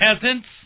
peasants